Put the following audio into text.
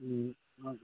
ꯎꯝ ꯑꯥ